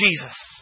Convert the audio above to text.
Jesus